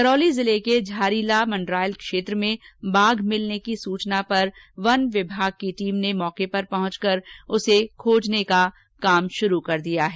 करौली जिले के झारीला मंडरायल क्षेत्र में बाघ मिलने की सूचना पर वन विभाग की टीम मौके पर पहुंच कर उसे खोजने की कोशिश कर रही है